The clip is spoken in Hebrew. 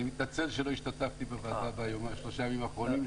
אני מתנצל שלא השתתפתי בוועדה בשלושה ימים האחרונים.